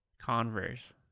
Converse